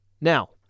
Now